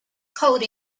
coding